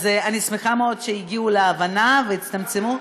אז אני שמחה מאוד שהגיעו להבנה והצטמצמו,